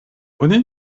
oni